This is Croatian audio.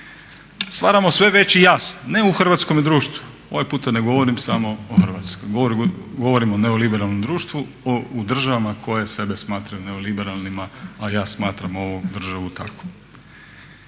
Stvaramo sve veći jaz, ne u hrvatskome društvu, ovaj puta ne govorim samo o Hrvatskoj, govorim o neoliberalnom društvu u državama koje sebe smatraju neoliberalnima a ja smatram ovu državu takvom.